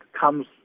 comes